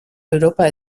europa